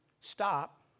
stop